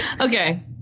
Okay